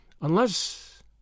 Unless